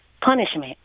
punishment